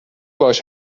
باهاش